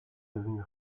devenu